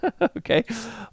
okay